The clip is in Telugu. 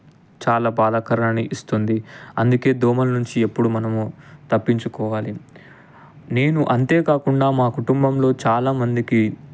చాలా బాధాకరాన్ని ఇస్తుంది అందుకే దోమలు నుంచి ఎప్పుడు మనము తప్పించుకోవాలి నేను అంతేకాకుండా మా కుటుంబంలో చాలా మందికి